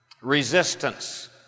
resistance